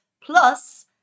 Plus